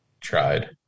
tried